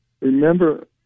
remember